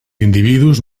individus